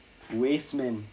waste man